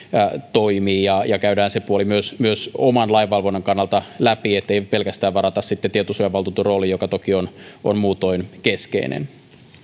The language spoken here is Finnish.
toimii ja ja käydään se puoli myös myös oman lainvalvonnan kannalta läpi niin ettei sitä varata sitten pelkästään tietosuojavaltuutetun rooliin joka toki on on muutoin keskeinen